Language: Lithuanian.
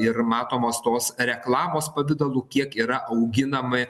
ir matomos tos reklamos pavidalu kiek yra auginami